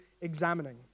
examining